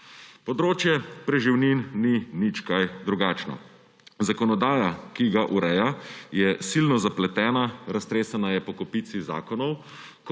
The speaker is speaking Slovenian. Področje preživnin ni nič kaj drugačno. Zakonodaja, ki ga ureja, je silno zapletena, raztresena je po kopici zakonov.